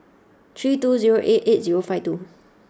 three two zero eight eight zero five two